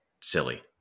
silly